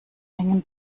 mengen